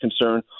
concern